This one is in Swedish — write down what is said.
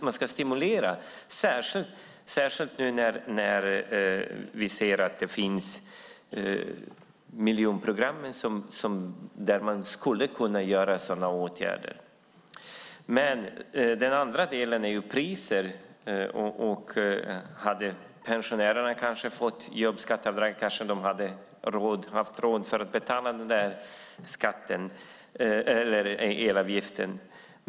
Man ska stimulera, särskilt nu när vi ser att det finns miljonprogramsområden där man skulle kunna vidta sådana åtgärder. Den andra delen handlar om priser. Hade pensionärerna fått jobbskatteavdrag hade de kanske haft råd att betala den där elavgiften.